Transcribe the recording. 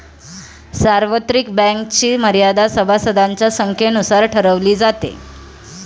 सार्वत्रिक बँक्सची मर्यादा सभासदांच्या संख्येनुसार ठरवली जाते